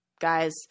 Guys